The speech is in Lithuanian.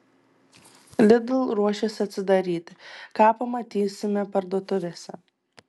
lidl ruošiasi atsidaryti ką pamatysime parduotuvėse